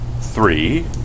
three